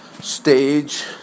stage